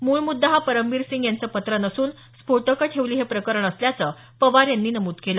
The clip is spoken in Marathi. मूळ मुद्दा हा परमबीर यांचं पत्र नसून स्फोटकं ठेवली हे प्रकरण असल्याचं पवार यांनी नमूद केलं